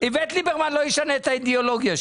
איווט ליברמן לא ישנה את האידיאולוגיה שלו.